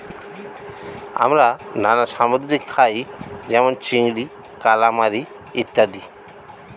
আমরা নানা সামুদ্রিক খাই যেমন চিংড়ি, কালামারী ইত্যাদি